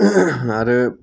आरो